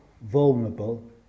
vulnerable